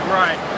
right